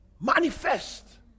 manifest